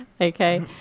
Okay